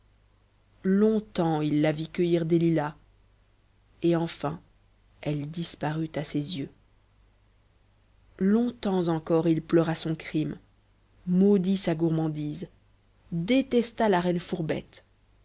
longtemps il la vit cueillir des lilas et enfin elle disparut à ses yeux longtemps encore il pleura son crime maudit sa gourmandise détesta la reine